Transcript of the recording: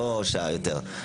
לא שעה יותר?